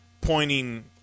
pointing